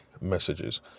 messages